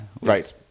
Right